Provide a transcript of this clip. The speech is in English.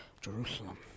Jerusalem